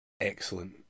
Excellent